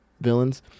villains